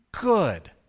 good